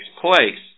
place